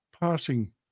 passing